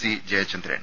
C Jayachandran